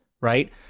right